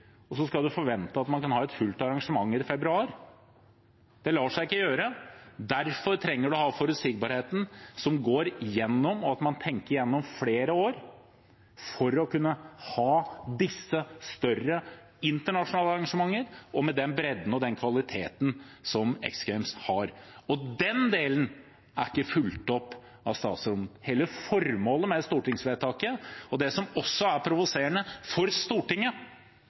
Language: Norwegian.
og så skal man forvente at man kan ha et fullt arrangement i februar. Det lar seg ikke gjøre. Derfor trenger man å ha den gjennomgående forutsigbarheten, at man tenker gjennom flere år, for å kunne ha disse større internasjonale arrangementene med den bredden og kvaliteten som X Games har. Den delen er ikke fulgt opp av statsråden – hele formålet med stortingsvedtaket. Det som også er provoserende for Stortinget,